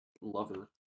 lover